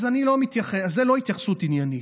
אז אני לא, אז זה לא התייחסות עניינית.